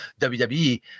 WWE